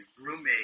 roommate